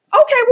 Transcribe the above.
Okay